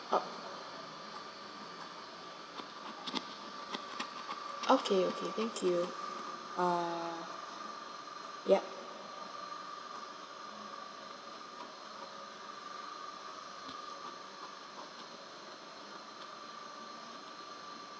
o~ okay okay thank you uh yup